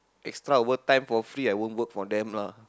extra work time for free I won't work for them lah